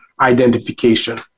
identification